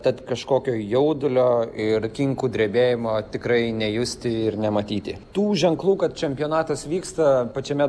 tad kažkokio jaudulio ir kinkų drebėjimo tikrai nejusti ir nematyti tų ženklų kad čempionatas vyksta pačiame